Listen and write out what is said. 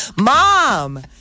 Mom